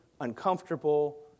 uncomfortable